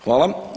Hvala.